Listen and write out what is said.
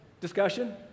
discussion